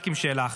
רק עם שאלה אחת: